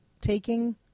taking